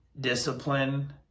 discipline